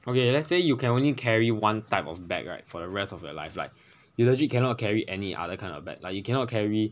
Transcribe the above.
okay let's say you can only carry one type of bag right for the rest of your life like you legit cannot carry any other kind of bag like you cannot carry